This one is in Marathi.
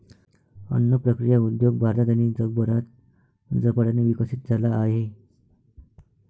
अन्न प्रक्रिया उद्योग भारतात आणि जगभरात झपाट्याने विकसित झाला आहे